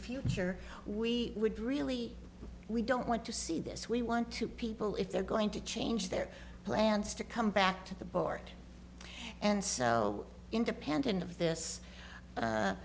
future we would really we don't want to see this we want to people if they're going to change their plans to come back to the board and so independent of this